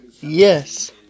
Yes